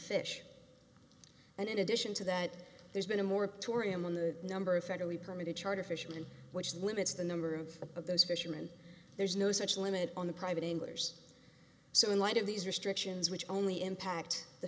fish and in addition to that there's been a more tour am on the number of federally permitted charter fisherman which limits the number of of those fisherman there's no such limit on the private insurers so in light of these restrictions which only impact the